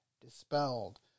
dispelled